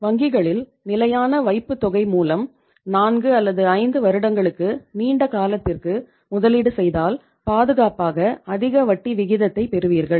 வங்கிகளில் நிலையான வைப்புத்தொகை மூலம் 4 5 வருடங்களுக்கு நீண்ட காலத்திற்கு முதலீடு செய்தால் பாதுகாப்பாக அதிக வட்டி விகிதத்தைப் பெறுவீர்கள்